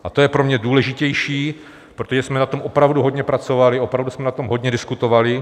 A to je pro mě důležitější, protože jsme na tom opravdu hodně pracovali, opravdu jsme na tom hodně diskutovali.